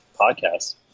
podcast